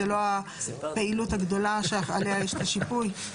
זה לא הפעילות הגדולה שעליה יש את השיפוי?